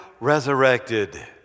resurrected